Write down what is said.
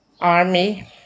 army